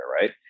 right